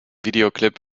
videoclip